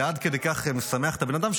זה עד כדי כך משמח את הבן אדם,